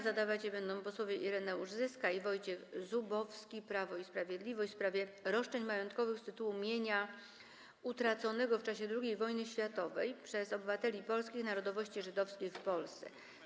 Zadawać je będą posłowie Ireneusz Zyska i Wojciech Zubowski, Prawo i Sprawiedliwość, w sprawie roszczeń majątkowych z tytułu mienia utraconego w czasie II wojny światowej przez obywateli polskich narodowości żydowskiej w Polsce.